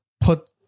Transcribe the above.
put